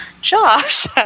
Josh